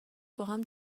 باهم